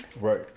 Right